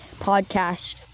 podcast